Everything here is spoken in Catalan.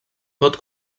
pot